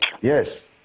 Yes